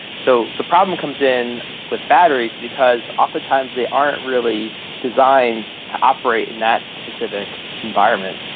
so the problem comes in with batteries because oftentimes they aren't really designed to operate in that specific environment.